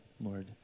Lord